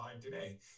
today